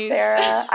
Sarah